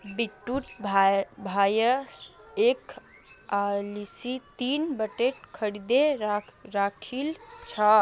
बिट्टू भाया एलआईसीर तीन बॉन्ड खरीदे राखिल छ